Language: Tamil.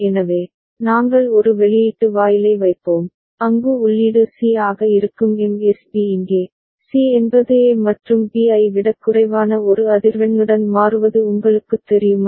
எனவே நாங்கள் ஒரு வெளியீட்டு வாயிலை வைப்போம் அங்கு உள்ளீடு C ஆக இருக்கும் MSB இங்கே C என்பது A மற்றும் B ஐ விடக் குறைவான ஒரு அதிர்வெண்ணுடன் மாறுவது உங்களுக்குத் தெரியுமா